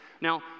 Now